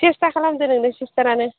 सेस्ता खालामदो नोंनो सिस्टारानो